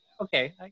okay